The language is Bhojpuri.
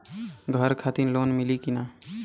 घर खातिर लोन मिली कि ना?